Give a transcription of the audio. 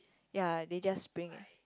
ya they just bring